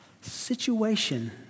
situation